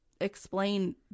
explain